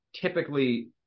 typically